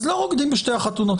אז לא רודים בשתי החתונות.